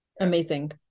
amazing